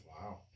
Wow